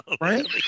Right